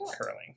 Curling